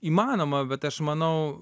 įmanoma bet aš manau